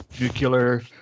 nuclear